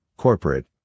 corporate